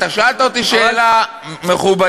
אתה שאלת אותי שאלה, מכובדי היושב בראש.